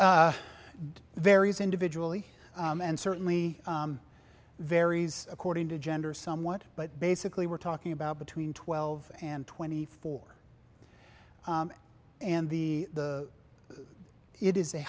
the various individually and certainly varies according to gender somewhat but basically we're talking about between twelve and twenty four and the it is a